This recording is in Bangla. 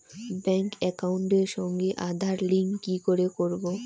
ব্যাংক একাউন্টের সঙ্গে আধার লিংক কি করে করবো?